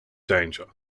danger